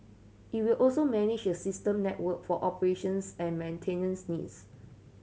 it will also manage the system network for operations and maintenance needs